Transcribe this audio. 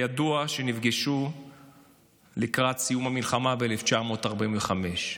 ידוע שנפגשו לקראת סיום המלחמה ב-1945.